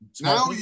now